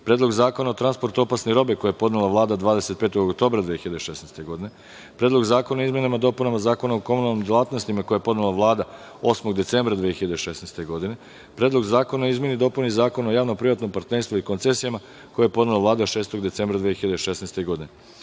Predlogu zakona o transportu opasne robe, koji je podnela Vlada 25. oktobra 2016. godine, Predlogu zakona o izmenama i dopunama Zakona o komunalnim delatnostima, koji je podnela Vlada 8. decembra 2016. godine, Predlogu zakona o izmeni i dopuni Zakona o javno-privatnom partnerstvu i koncesijama, koji je podnela Vlada 6. decembra 2016. godine;-